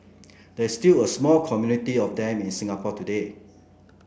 there is still a small community of them in Singapore today